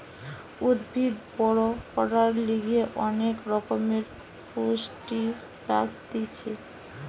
উদ্ভিদ বড় করার লিগে অনেক রকমের পুষ্টি লাগতিছে